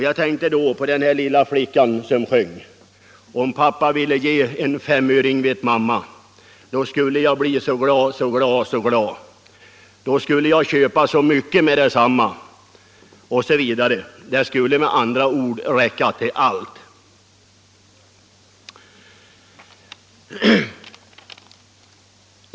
Jag tänkte då på den lilla flickan som sjöng: ”Om pappa ville ge ja en femöring vet mamma, då skulle jag bli så gla, så gla, så gla, då skulle jag köpa så mycket med detsamma ---"”. Pengarna skulle med andra ord räcka till allt.